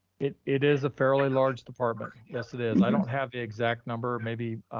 it it is a fairly large department. yes, it is. i don't have exact number, maybe.